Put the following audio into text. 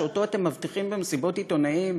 שאותו אתם מבטיחים במסיבות עיתונאים